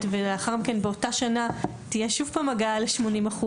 ולאחר מכן באותה שנה תהיה שוב פעם הגעה ל-80%,